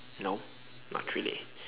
no not really